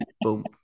boom